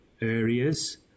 areas